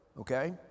okay